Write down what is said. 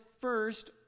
first